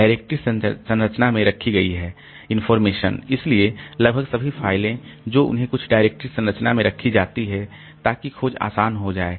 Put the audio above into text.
directory संरचना में रखी गई इनफार्मेशन इसलिए लगभग सभी फाइलें जो उन्हें कुछ डायरेक्टरी संरचना में रखी जाती हैं ताकि खोज आसान हो जाए